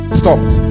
stopped